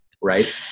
right